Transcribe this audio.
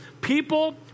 People